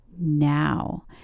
now